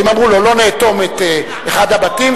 האם אמרו לו: לא נאטום את אחד הבתים,